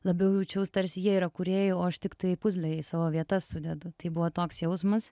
labiau jaučiaus tarsi jie yra kūrėjai o aš tiktai puzlę į savo vietas sudedu tai buvo toks jausmas